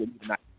tonight